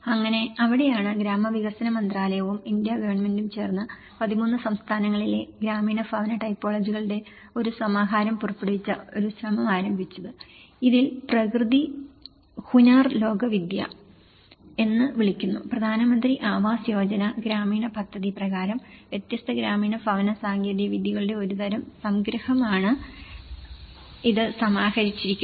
അങ്ങനെ അവിടെയാണ് ഗ്രാമവികസന മന്ത്രാലയവും ഇന്ത്യാ ഗവൺമെന്റും ചേർന്ന് 13 സംസ്ഥാനങ്ങളിലെ ഗ്രാമീണ ഭവന ടൈപ്പോളജികളുടെ ഒരു സമാഹാരം പുറപ്പെടുവിച്ച ഒരു ശ്രമം ആരംഭിച്ചത് ഇതിനെ പ്രകൃതി ഹുനാർ ലോകവിദ്യ എന്ന് വിളിക്കുന്നു പ്രധാനമന്ത്രി ആവാസ് യോജന ഗ്രാമീണ് പദ്ധതി പ്രകാരം വ്യത്യസ്ത ഗ്രാമീണ ഭവന സാങ്കേതികവിദ്യകളുടെ ഒരു തരം സംഗ്രഹമായാണ് ഇത് സമാഹരിച്ചിരിക്കുന്നത്